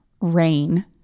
Rain